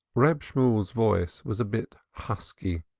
reb shemuel's voice was a bit husky.